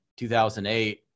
2008